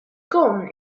gone